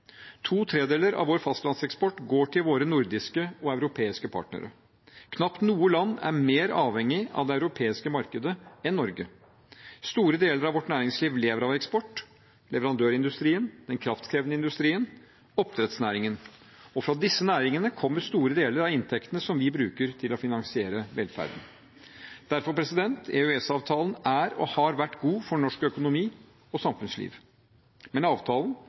To tredeler av vår fastlandseksport går til våre nordiske og europeiske partnere. Knapt noe land er mer avhengig av det europeiske markedet enn Norge. Store deler av vårt næringsliv lever av eksport: leverandørindustrien, den kraftkrevende industrien, oppdrettsnæringen. Og fra disse næringene kommer store deler av inntektene vi bruker til å finansiere velferden. Derfor: EØS-avtalen er og har vært god for norsk økonomi og samfunnsliv. Men avtalen